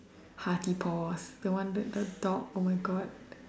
Hearty-Paws the one that the dog oh my god